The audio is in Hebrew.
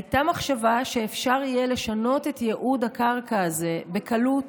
הייתה מחשבה שאפשר יהיה לשנות את ייעוד הקרקע הזה בקלות